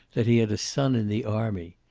that he had a son in the army.